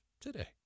today